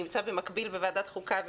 שנמצא במקביל בוועדת חוקה,